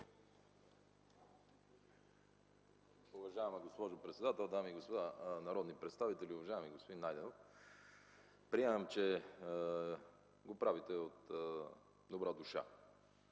Уважаема госпожо председател, дами и господа народни представители! Уважаеми господин Найденов, приемам, че го правите от добра душа.